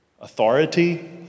authority